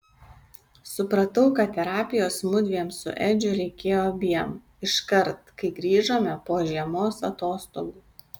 supratau kad terapijos mudviem su edžiu reikėjo abiem iškart kai grįžome po žiemos atostogų